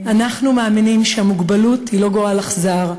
אנחנו מאמינים שהמוגבלות היא לא גורל אכזר,